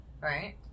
Right